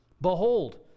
Behold